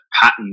pattern